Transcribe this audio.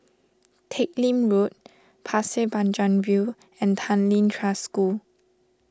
Teck Lim Road Pasir Panjang View and Tanglin Trust School